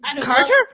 Carter